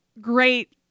great